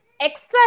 extra